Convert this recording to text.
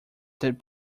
that